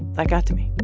that got me.